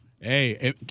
Hey